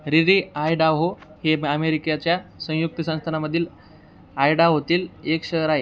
रिरी आयडाहो हे अमेरिकेच्या संयुक्त संस्थानामधील आयडाहोतील एक शहर आहे